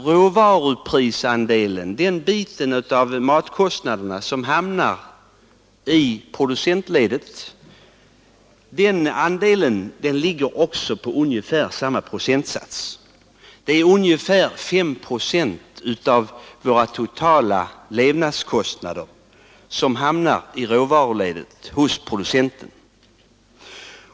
Råvaruprisandelen — den bit av matkostnaderna som hamnar i producentledet — ligger på ungefär samma procentsats. Ungefär 5 procent av våra totala levnadskostnader hamnar i råvaruledet, hos producenten.